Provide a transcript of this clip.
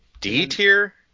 D-tier